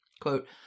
quote